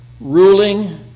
ruling